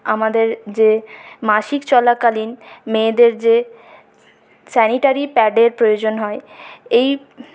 আমাদের যে মাসিক চলাকালীন মেয়েদের যে স্যানিটারি প্যাডের প্রয়োজন হয় এই